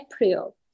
April